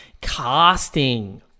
casting